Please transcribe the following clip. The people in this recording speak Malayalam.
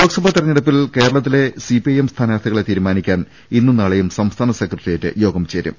ലോക്സഭാ തെരഞ്ഞെടുപ്പിൽ കേരളത്തിൽ സിപിഐഎം സ്ഥാനാർത്ഥികളെ തീരുമാനിക്കാൻ ഇന്നും നാളെയും സംസ്ഥാന സെക്രട്ടേറിയറ്റ് യോഗം ചേരും